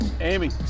Amy